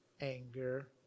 anger